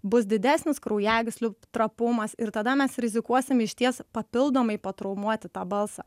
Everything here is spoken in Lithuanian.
bus didesnis kraujagyslių trapumas ir tada mes rizikuosim išties papildomai patraumuoti tą balsą